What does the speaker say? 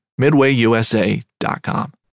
MidwayUSA.com